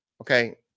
Okay